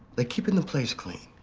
like keeping the place clean.